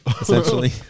essentially